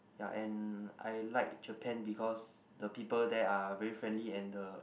ya and I like Japan because the people there are very friendly and the